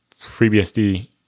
FreeBSD